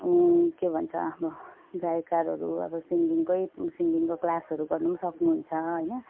के भन्छ अब गायककारहरू अब सिङ्गिङकै सिङ्गिङकै क्लासहरू गर्नु नि सक्नु हुन्छ होइन